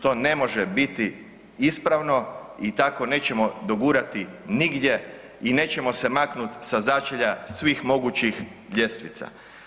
To ne može biti ispravno i tako nećemo dogurati nigdje i nećemo se maknuti sa začelja svih mogućih ljestvica.